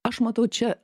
aš matau čia